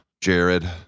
jared